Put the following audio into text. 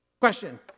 Question